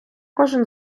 кожен